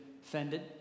fended